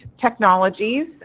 technologies